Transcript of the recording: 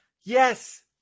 Yes